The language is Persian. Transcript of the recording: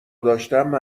داشتم